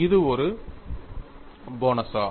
இது ஒரு போனான்ஸா